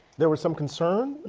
there was some concern.